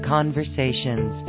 Conversations